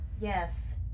yes